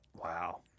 Wow